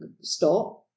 stop